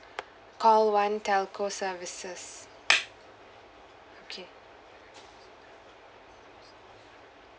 call one telco services okay